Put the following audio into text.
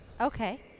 Okay